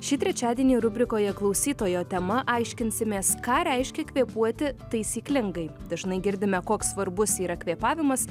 šį trečiadienį rubrikoje klausytojo tema aiškinsimės ką reiškia kvėpuoti taisyklingai dažnai girdime koks svarbus yra kvėpavimas